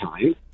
time